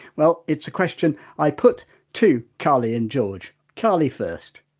well it's a question i put to carly and george. carly first!